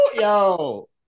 yo